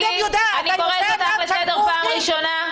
אני קוראת אותך לסדר פעם ראשונה.